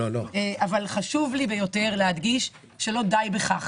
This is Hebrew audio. אבל חשוב לי ביותר להדגיש שלא די בכך.